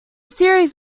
series